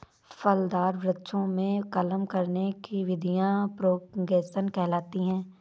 फलदार वृक्षों में कलम करने की विधियां प्रोपेगेशन कहलाती हैं